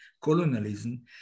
colonialism